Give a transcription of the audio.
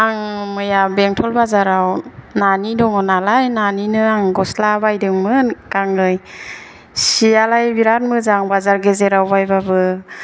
आं मैया बेंटल बाजाराव नानि दङ नालाय नानिनो आं गस्ला बायदोंमोन गांनै सियालाय बिराथ मोजां बाजार गेजेराव बायबाबो